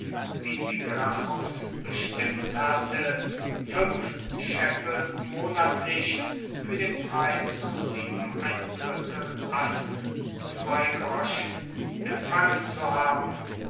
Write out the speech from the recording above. wie sie gracchus bestimmt hatte fünf scheffel monatlich für den preis von assen empfangen zu haben